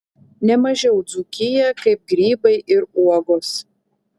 ne mažiau dzūkiją kaip grybai ir uogos